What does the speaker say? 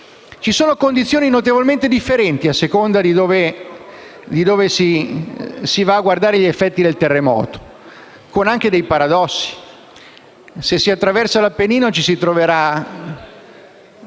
Ci sono condizioni notevolmente differenti, a seconda di dove si esaminano gli effetti del terremoto, anche con dei paradossi. Se si attraversa l'Appennino ci si troverà